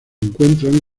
encuentras